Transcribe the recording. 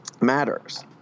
matters